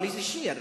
אבל איזה שיר?